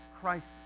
Christ